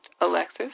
Alexis